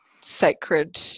sacred